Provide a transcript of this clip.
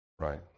Right